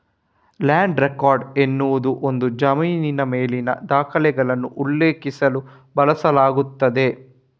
land record ಎನ್ನುವುದು ಒಂದು ಜಮೀನಿನ ಮೇಲಿನ ದಾಖಲೆಗಳನ್ನು ಉಲ್ಲೇಖಿಸಲು ಬಳಸಲಾಗುತ್ತದೆ